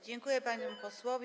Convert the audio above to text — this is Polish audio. Dziękuję panu posłowi.